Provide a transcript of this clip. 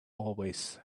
always